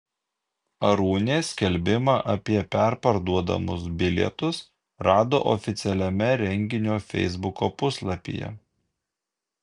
arūnė skelbimą apie perparduodamus bilietus rado oficialiame renginio feisbuko puslapyje